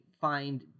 find